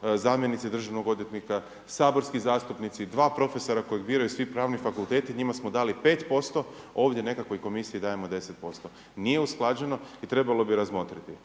zamjenici državnog odvjetnika, saborski zastupnici, dva profesora koje biraju svi pravni fakulteti, njima smo dali 5%, ovdje nekakvoj komisiji dajemo 10%. Nije usklađeno i trebalo bi razmotriti.